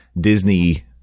Disney